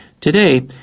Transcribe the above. Today